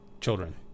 Children